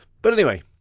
but anyway.